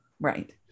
Right